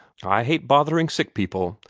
i hate bothering sick people,